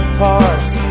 parts